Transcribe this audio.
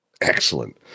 Excellent